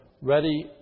ready